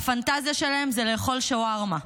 הפנטזיה שלהם זה לאכול שווארמה.